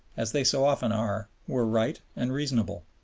as they so often are, were right and reasonable.